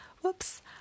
Whoops